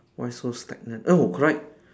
why so stagnant oh correct